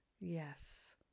yes